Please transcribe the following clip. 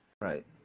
right